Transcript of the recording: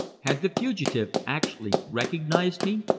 had the fugitive actually recognized me?